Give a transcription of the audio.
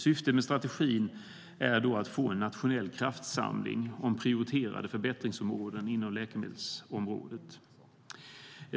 Syftet med strategin är att få en nationell kraftsamling på prioriterade förbättringsområden inom läkemedelsområdet.